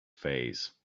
face